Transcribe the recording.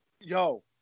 Yo